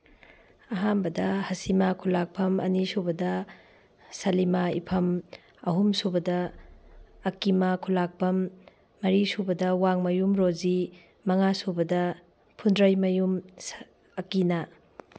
ꯑꯍꯥꯟꯕꯗ ꯍꯁꯤꯃꯥ ꯈꯨꯂꯥꯛꯄꯝ ꯑꯅꯤꯁꯨꯕꯗ ꯁꯂꯤꯃꯥ ꯏꯐꯝ ꯑꯍꯨꯝꯁꯨꯕꯗ ꯑꯀꯤꯃꯥ ꯈꯨꯂꯥꯛꯄꯝ ꯃꯔꯤꯁꯨꯕꯗ ꯋꯥꯡꯃꯌꯨꯝ ꯔꯣꯖꯤ ꯃꯉꯥꯁꯨꯕꯗ ꯐꯨꯟꯗ꯭ꯔꯩꯃꯌꯨꯝ ꯑꯀꯤꯅꯥ